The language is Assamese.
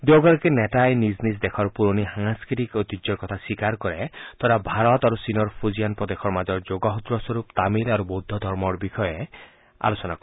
দুয়োগৰাকী নেতাই নিজ নিজ দেশৰ পুৰণি সাংস্কৃতিক ঐতিহ্যৰ কথা স্বীকাৰ কৰে তথা ভাৰত আৰু চীনৰ ফুজিয়ান প্ৰদেশৰ মাজৰ যোগসূত্ৰস্বৰূপ তামিল আৰু বৌদ্ধ ধৰ্মৰ বিষয়ে আলোচনা কৰে